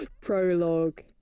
Prologue